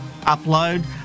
upload